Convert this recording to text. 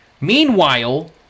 Meanwhile